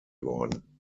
worden